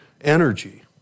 energy